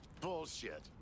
Bullshit